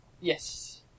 Yes